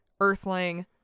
Earthling